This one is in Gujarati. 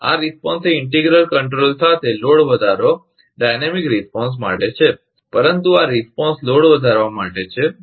આ પ્રતિસાદ એ ઇન્ટિગલ કંટ્રોલર સાથે લોડ વધારો ગતિશીલ પ્રતિસાદ માટે છે પરંતુ આ પ્રતિભાવ લોડ વધારવા માટે છે